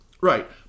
Right